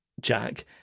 Jack